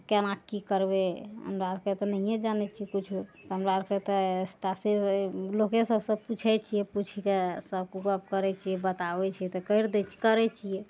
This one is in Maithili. केना की करबै हमरा आरके तऽ नहिये जानै छियै किछो तऽ हमरा आरके तऽ लोके सबसे पुछै छियै पुछि सब गप करै छियै बताबै छियै तऽ करि दै छियै करै छियै